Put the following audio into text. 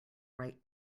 right